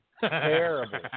terrible